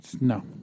no